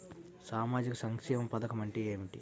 సామాజిక సంక్షేమ పథకం అంటే ఏమిటి?